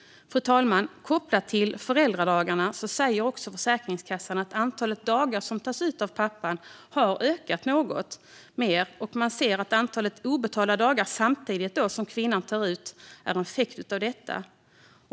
Fru talman! Försäkringskassan säger att antalet föräldradagar som tas ut av pappan har ökat något men att antalet obetalda dagar som kvinnan tar ut är en effekt av detta.